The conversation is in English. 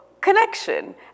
connection